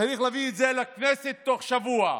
צריך להביא את זה לכנסת תוך שבוע,